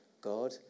God